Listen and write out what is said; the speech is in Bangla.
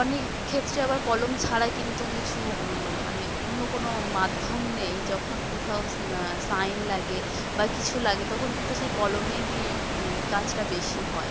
অনেক ক্ষেত্রে আবার কলম ছাড়াই কিন্তু কিছু মানে অন্য কোনো মাধ্যম নেই যখন কোথাও সাইন লাগে বা কিছু লাগে তখন কিন্তু সেই কলমেরই কাজটা বেশি হয়